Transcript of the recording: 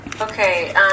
Okay